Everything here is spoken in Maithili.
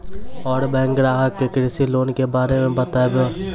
और बैंक ग्राहक के कृषि लोन के बारे मे बातेबे?